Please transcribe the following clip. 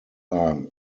are